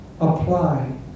apply